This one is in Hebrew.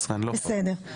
השעה 11:00. אני מסיימת.